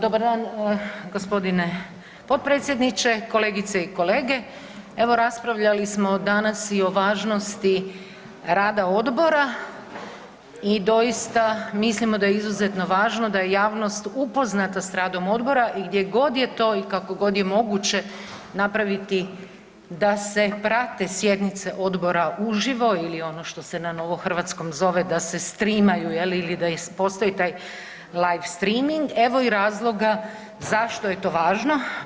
Dobar dan gospodine potpredsjedniče, kolegice i kolege evo raspravljali smo danas i o važnosti rada odbora i doista mislimo da je izuzetno važno da je javnost upoznata s radom odbora i gdje god je to i kako god je moguće napraviti da se prate sjednice odbora uživo ili ono što se na novo hrvatskom zove da se streamaju je li ili da postoji live streaming, evo i razloga zašto je to važno.